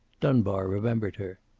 dunbar remembered her.